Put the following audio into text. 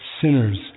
sinners